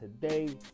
today